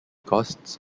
costs